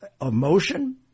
emotion